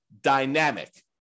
dynamic